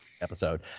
episode